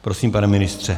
Prosím, pane ministře.